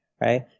right